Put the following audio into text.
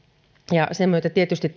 ja sen myötä tietysti